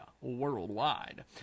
Worldwide